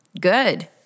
Good